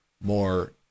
more